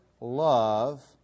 love